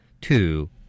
two